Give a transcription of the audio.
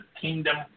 kingdom